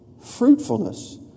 fruitfulness